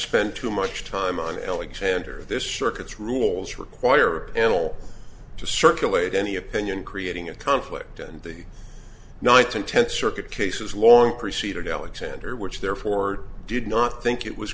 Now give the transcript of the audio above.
spend too much time on alexander this short its rules require a panel to circulate any opinion creating a conflict and the nights in tents circuit cases long preceded alexander which therefore did not think it was